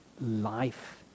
life